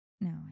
No